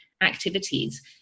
activities